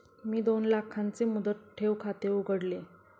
मी दोन लाखांचे मुदत ठेव खाते उघडले